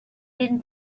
been